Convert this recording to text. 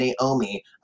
Naomi